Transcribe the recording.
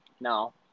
No